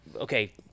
okay